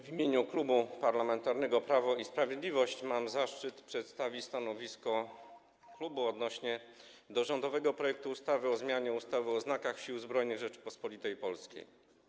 W imieniu Klubu Parlamentarnego Prawo i Sprawiedliwość mam zaszczyt przedstawić stanowisko klubu w sprawie rządowego projektu ustawy o zmianie ustawy o znakach Sił Zbrojnych Rzeczypospolitej Polskiej.